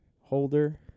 holder